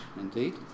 indeed